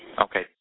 Okay